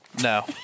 No